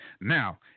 Now